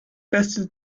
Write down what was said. beste